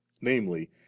namely